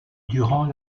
durant